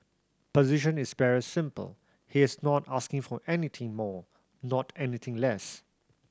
position is very simple he is not asking for anything more not anything less